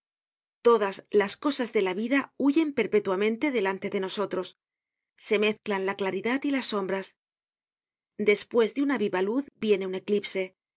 todas las cosas de la vida huyen perpétuamente delanle de nosotros se mezclan la claridad y las sombras despues de una viva luz viene un eclipse el